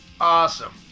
Awesome